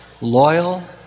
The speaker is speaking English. loyal